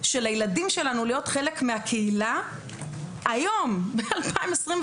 של הילדים שלנו להיות חלק מהקהילה, היום ב-2023